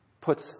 puts